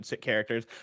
characters